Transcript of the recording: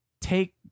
take